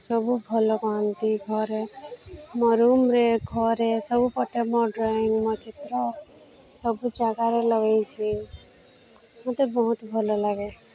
ସବୁ ଭଲ କହନ୍ତି ଘରେ ମୋ ରୁମ୍ରେ ଘରେ ସବୁ ପଟେ ମୋ ଡ୍ରଇଂ ମୋ ଚିତ୍ର ସବୁ ଜାଗାରେ ଲଗେଇଛି ମୋତେ ବହୁତ ଭଲ ଲାଗେ